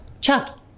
Chuck